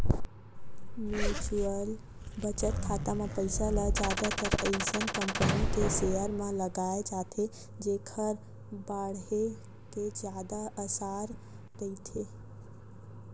mutual बचत खाता म पइसा ल जादातर अइसन कंपनी के सेयर म लगाए जाथे जेखर बाड़हे के जादा असार रहिथे